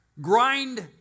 grind